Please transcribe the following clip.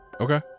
Okay